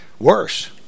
Worse